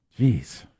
jeez